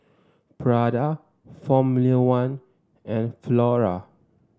Prada Formula One and Flora